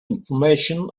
information